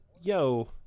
yo